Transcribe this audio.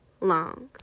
long